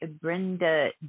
Brenda